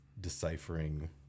deciphering